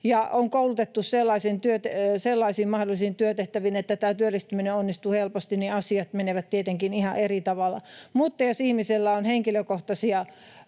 ja on koulutettu sellaisiin mahdollisiin työtehtäviin, että tämä työllistyminen onnistuu helposti, asiat menevät tietenkin ihan eri tavalla, mutta jos ihmisellä on henkilökohtaisia